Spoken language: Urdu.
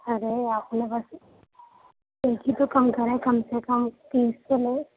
ارے آپ نے بس ایک ہی تو کم کرا ہے کم سے کم تیس تو لو